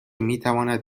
میتواند